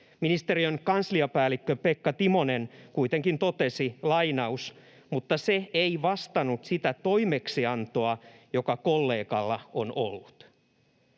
Ministeriön kansliapäällikkö Pekka Timonen kuitenkin totesi: ”Mutta se ei vastannut sitä toimeksiantoa, joka kollegalla on ollut.”